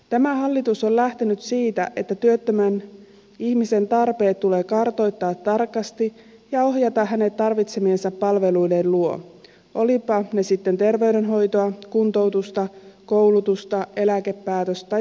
tämä hallitus on lähtenyt siitä että työttömän ihmisen tarpeet tulee kartoittaa tarkasti ja hänet tulee ohjata hänen tarvitsemiensa palveluiden luo olivatpa ne sitten terveydenhoitoa kuntoutusta koulutusta eläkepäätös tai jotain muuta